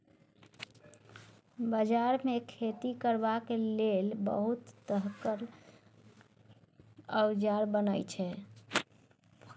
बजार मे खेती करबाक लेल बहुत तरहक औजार बनई छै